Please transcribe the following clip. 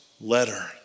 letter